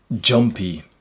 jumpy